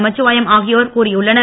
நமச்சிவாயம் ஆகியோர் கூறியுள்ளனர்